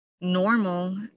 normal